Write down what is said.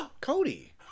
Cody